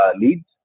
leads